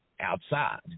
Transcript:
outside